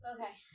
Okay